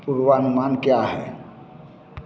पूर्वानुमान क्या है